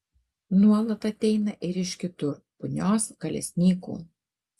nuolat ateina ir iš kitur punios kalesnykų